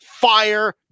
fire